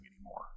anymore